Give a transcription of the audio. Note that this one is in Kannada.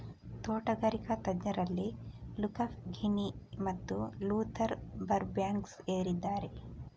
ತೋಟಗಾರಿಕಾ ತಜ್ಞರಲ್ಲಿ ಲುಕಾ ಘಿನಿ ಮತ್ತು ಲೂಥರ್ ಬರ್ಬ್ಯಾಂಕ್ಸ್ ಏರಿದ್ದಾರೆ